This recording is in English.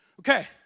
Okay